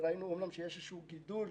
ראינו אמנם שיש איזשהו גידול